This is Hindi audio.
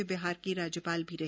वे बिहार के राज्यपाल भी रहे